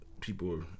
people